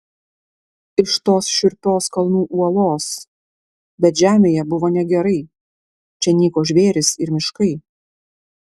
iš tos šiurpios kalnų uolos bet žemėje buvo negerai čia nyko žvėrys ir miškai